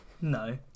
No